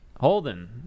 Holden